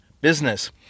business